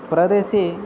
प्रदेशे